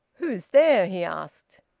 who's there? he asked.